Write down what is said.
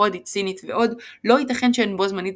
הודית סינית ועוד - לא ייתכן שהן בו זמנית